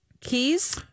keys